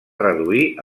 reduir